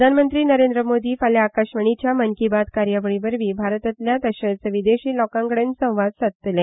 प्रधानमंत्री नरेंद्र मोदी फाल्या आकाशवाणीच्या मन की बात कार्यावळी वरवी भारतातल्या तशेच विदेशी लोकांकडेन संवाद सादतले